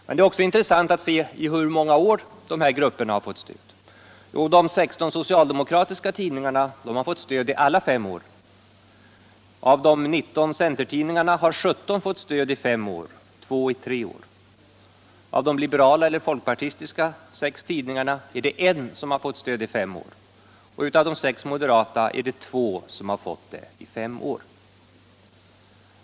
Men det är också intressant att se i hur många år dessa grupper fått stöd. De 16 socialdemokratiska tidningarna har fått stöd i alla fem åren. Av de 19 centertidningarna har 17 fått stöd i fem år och 2 under tre år. Av de liberala eller folkpartistiska 6 tidningarna är det I som har fått stöd i fem år, och av de 6 moderata är det 2 som har fått det i fem år.